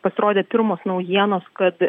pasirodė pirmos naujienos kad